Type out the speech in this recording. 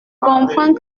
comprends